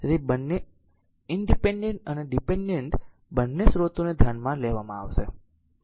તેથી બંને ઇનડીપેન્ડેન્ટ અને ડીપેન્ડેન્ટ બંને સ્ત્રોતોને ધ્યાનમાં લેવામાં આવશે